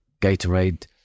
Gatorade